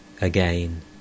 Again